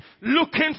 looking